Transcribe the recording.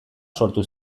sortu